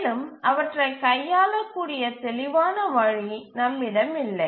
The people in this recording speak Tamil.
மேலும் அவற்றை கையாளக்கூடிய தெளிவான வழி நம்மிடம் இல்லை